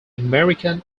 american